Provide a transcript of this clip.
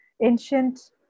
ancient